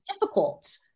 difficult